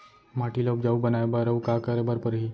माटी ल उपजाऊ बनाए बर अऊ का करे बर परही?